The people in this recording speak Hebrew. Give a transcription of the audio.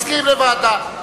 מסכים לוועדה.